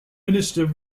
minister